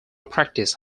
practice